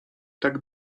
tak